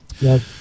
Yes